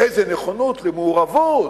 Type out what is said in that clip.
איזו נכונות למעורבות,